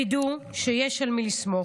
תדעו שיש על מי לסמוך,